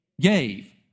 gave